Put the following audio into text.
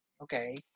Okay